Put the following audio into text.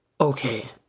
Okay